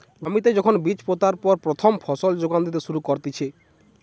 জমিতে যখন বীজ পোতার পর প্রথম ফসল যোগান দিতে শুরু করতিছে